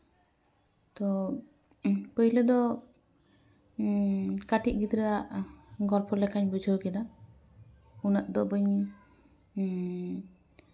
ᱛᱚ ᱯᱳᱭᱞᱟᱹ ᱫᱚ ᱠᱟᱹᱴᱤᱡ ᱜᱤᱫᱽᱨᱟᱹᱣᱟᱜ ᱜᱚᱞᱯᱚ ᱞᱮᱠᱟᱧ ᱵᱩᱡᱷᱟᱹᱣ ᱠᱮᱫᱟ ᱩᱱᱟᱹᱜ ᱫᱚ ᱵᱟᱹᱧ